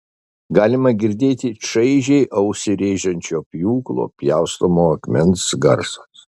galima girdėti čaižiai ausį rėžiančio pjūklo pjaustomo akmens garsus